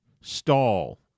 stall